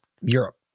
Europe